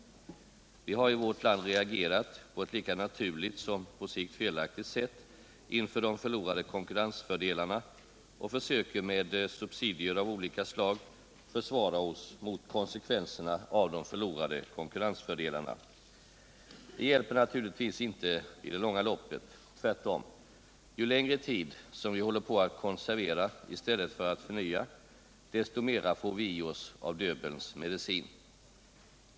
Vi har i vårt land reagerat på ett lika naturligt som på sikt felaktigt sätt inför de förlorade konkurrensfördelarna och försöker med subsidier av olika slag försvara oss mot konsekvenserna av de förlorade konkurrensfördelarna. Det hjälper naturligtvis inte i det långa loppet. Tvärtom — ju längre tid som vi håller på att konservera i stället för att förnya oss, desto mera får vi i oss av Döbelns medicin.